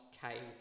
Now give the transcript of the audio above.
cave